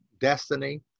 destiny